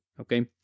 okay